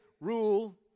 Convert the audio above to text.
rule